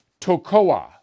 Tokoa